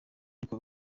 ariko